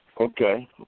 Okay